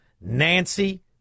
Nancy